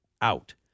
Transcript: out